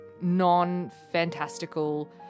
non-fantastical